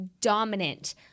dominant